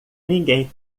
ninguém